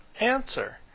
answer